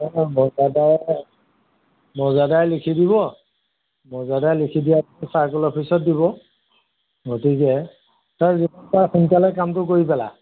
অঁ মজাদাই মৌজাদাৰে লিখি দিব মৌজাদাৰে লিখি দিয়া পিছত চাৰ্কুল অফিচত দিব গতিকে তই যিমান পাৰ সোনকালে কামটো কৰি পেলা